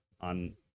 on